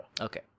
Okay